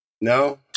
No